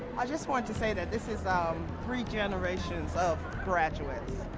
i just want to say that this is um three generations of graduates,